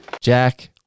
Jack